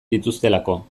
dituztelako